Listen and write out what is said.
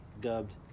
dubbed